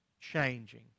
changing